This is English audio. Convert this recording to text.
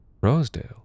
Rosedale